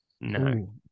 No